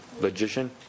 Logician